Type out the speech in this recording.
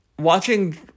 watching